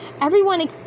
Everyone